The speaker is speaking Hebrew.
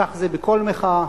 כך זה בכל מחאה.